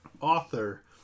author